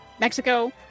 Mexico